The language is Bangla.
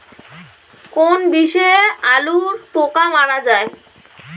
কোন বিষে আলুর পোকা মারা যায়?